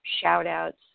shout-outs